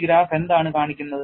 ഈ ഗ്രാഫ് എന്താണ് കാണിക്കുന്നത്